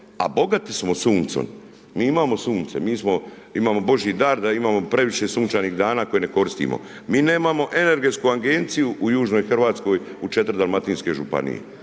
a bogati smo suncem, mi imamo sunce, mi imamo Božji dar da imamo previše sunčanih dana koje ne koristimo. Mi nemamo energetsku agenciju u južnoj Hrvatskoj u 4 dalmatinske županije